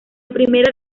primera